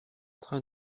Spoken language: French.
train